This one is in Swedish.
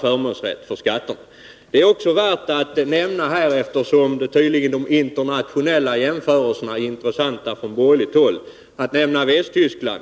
förmånsrätt för skatterna. Det är också värt att nämna Västtyskland, eftersom de internationella jämförelserna tydligen är intressanta på borgerligt håll.